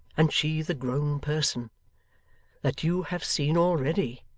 and she the grown person that you have seen already.